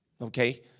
Okay